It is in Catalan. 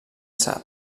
sap